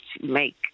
make